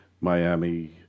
Miami